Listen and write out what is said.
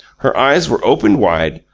her eyes were opened wide,